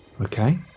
Okay